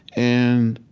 and